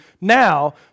now